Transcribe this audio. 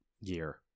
year